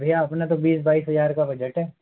भैया अपना तो बीस बाईस हज़अर का बजट है